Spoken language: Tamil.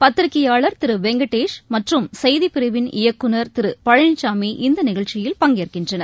பத்திரிக்கையாள் திருவெங்கடேஷ் மற்றும் செய்திபிரிவின் இயக்குநர் திருபழனிசாமி இந்தநிகழ்ச்சியில் பங்கேற்கின்றனர்